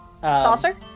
Saucer